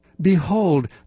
Behold